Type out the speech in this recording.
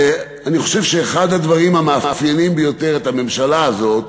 ואני חושב שאחד הדברים המאפיינים ביותר את הממשלה הזאת,